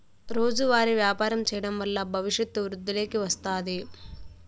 రోజువారీ వ్యాపారం చేయడం వల్ల భవిష్యత్తు వృద్ధిలోకి వస్తాది